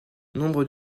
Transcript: nombre